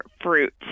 fruit